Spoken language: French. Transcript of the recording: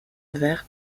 verre